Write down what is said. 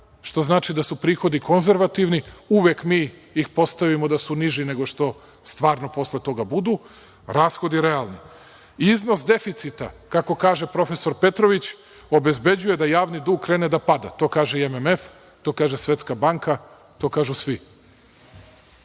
što znači da su prihodi konzervativni, uvek ih mi postavimo da su niži nego što stvarno posle toga budu, rashodi realni. Iznos deficita, kako kaže profesor Petrović, obezbeđuje da javni dug krene da pada. To kaže i MMF. To kaže i Svetska banka. To kažu svi. Oni